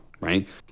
right